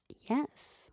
Yes